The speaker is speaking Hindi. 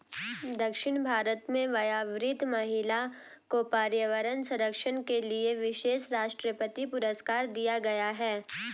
दक्षिण भारत में वयोवृद्ध महिला को पर्यावरण संरक्षण के लिए विशेष राष्ट्रपति पुरस्कार दिया गया है